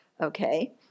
Okay